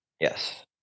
yes